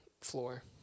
floor